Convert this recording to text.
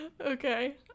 Okay